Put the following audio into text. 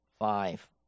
Five